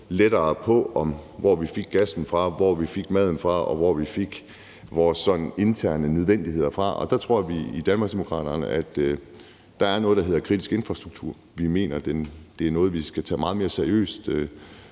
lettere på, hvor vi fik gassen fra, hvor vi fik maden fra, og hvor vi fik vores sådan interne nødvendigheder fra. Der tror vi i Danmarksdemokraterne, at der er noget, der hedder kritisk infrastruktur. Og vi mener, det er noget, vi skal tage meget mere seriøst